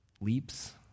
leaps